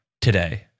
today